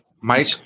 Mike